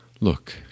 Look